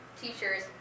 teachers